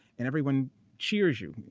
and everyone cheers you.